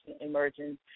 Emerging